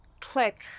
click